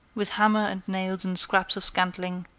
with hammer and nails and scraps of scantling,